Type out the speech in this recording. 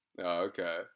Okay